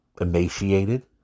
emaciated